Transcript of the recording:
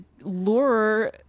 lure